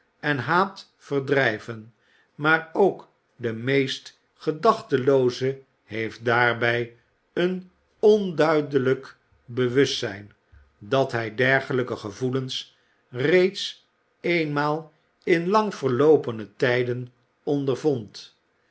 en haat verdrijven maar ook de meest gedachtelooze heeft daarbij een onduidelijk bewustzijn dat hij dergelijke gevoelens reeds eenmaal in lang verloopene tijden ondervond